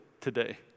today